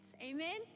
Amen